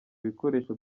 ibikoresho